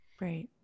Right